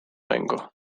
mängu